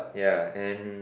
yeah and